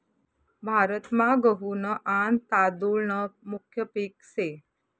भारतमा गहू न आन तादुळ न मुख्य पिक से